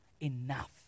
enough